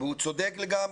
והוא צודק לגמרי,